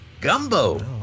gumbo